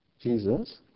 Jesus